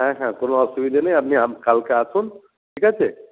হ্যাঁ হ্যাঁ কোনো অসুবিধা নেই আপনি কালকে আসুন ঠিক আছে